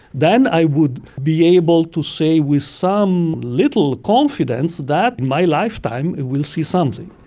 then i would be able to say with some little confidence that my lifetime will see something.